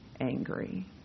angry